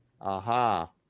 Aha